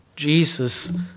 Jesus